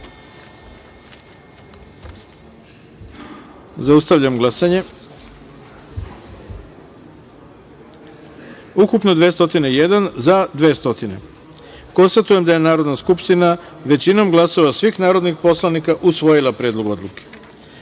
taster. Zaustavljam glasanje: ukupno-201, za-200.Konstatujem da je Narodna skupština većinom glasova svih narodnih poslanika usvojila Predlog odluke. Tačka